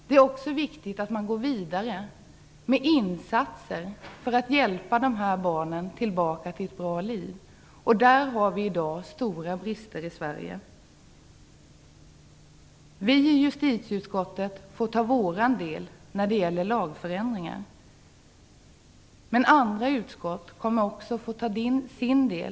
Det är också viktigt att man går vidare med insatser för att hjälpa dessa barn tillbaka till ett bra liv. Vi har där stora brister i Sverige. Vi i justitieutskottet får ta på oss vår uppgift när det gäller lagförändringar, men också andra utskott får ta på sig sin del.